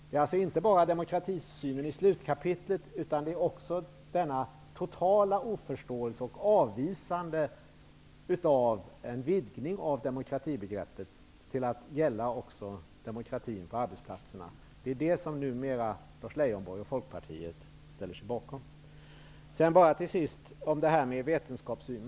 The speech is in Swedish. Det är alltså inte bara demokratisynen i slutkapitlet, utan det är också denna totala oförståelse och detta avvisande av en vidgning av demokratibegreppet till att gälla också demokratin på arbetsplatserna som Lars Leijonborg och Folkpartiet numera ställer sig bakom. Till sist vill jag ta upp frågan om vetenskapssynen.